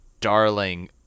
darling